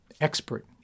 expert